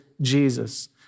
Jesus